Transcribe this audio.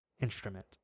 instrument